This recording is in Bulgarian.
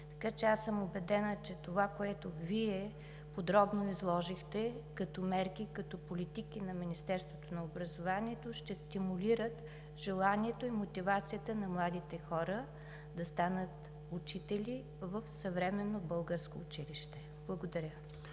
градини. Аз съм убедена, че това, което Вие подробно изложихте като мерки, като политики на Министерството на образованието и науката, ще стимулира желанието и мотивацията на младите хора да станат учители в съвременно българско училище. Благодаря